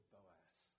Boaz